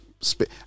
spit